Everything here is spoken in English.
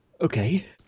Okay